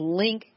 link